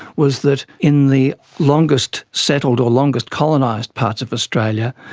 was that in the longest settled, or longest colonised parts of australia,